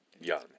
young